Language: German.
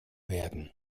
werden